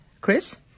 Chris